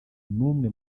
n’umwe